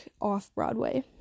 off-Broadway